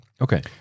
Okay